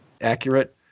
accurate